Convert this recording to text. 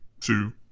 two